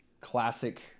classic